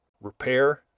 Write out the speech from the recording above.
repair